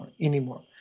anymore